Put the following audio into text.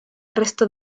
resto